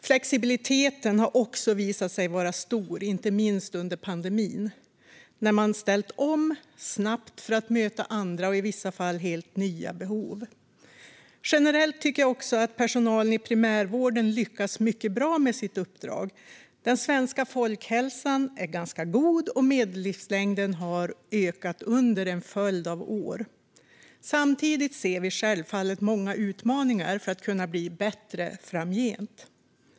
Flexibiliteten har också visat sig vara stor, inte minst under pandemin när man snabbt har ställt om för att möta andra och i vissa fall helt nya behov. Generellt lyckas också personalen i primärvården mycket bra med sitt uppdrag. Den svenska folkhälsan är ganska god, och medellivslängden har ökat under en följd av år. Samtidigt ser vi självfallet många utmaningar för att kunna bli ännu bättre framgent.